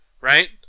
right